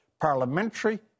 parliamentary